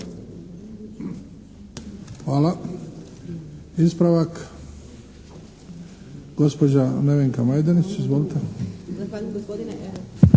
Hvala. Ispravak gospođa Nevenka Majdenić. Izvolite!